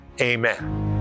amen